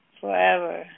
forever